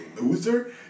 loser